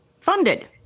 funded